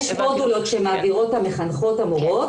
יש מודולות שמעבירות המחנכות המורות.